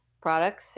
Products